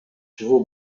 чыгуу